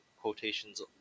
quotations